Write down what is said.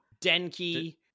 Denki